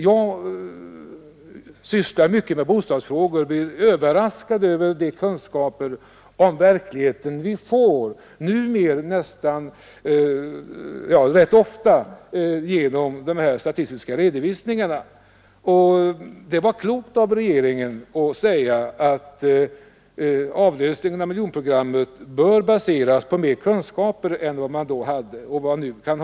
Jag sysslar själv mycket med bostadsfrågor, men jag blir överraskad över de kunskaper om verkligheten som vi numera rätt ofta får genom de statistiska redovisningarna. Och det var klokt av regeringen att säga att avlösningen av miljonprogrammet bör baseras på bättre kunskaper än vi då hade och vi nu har.